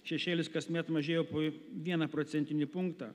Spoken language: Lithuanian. šešėlis kasmet mažėjo po vieną procentinį punktą